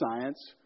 science